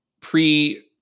pre